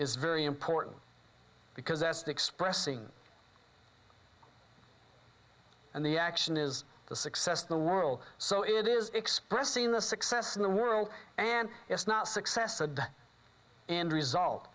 is very important because as the expressing and the action is the success of the world so it is expressing the success in the world and it's not success at the end result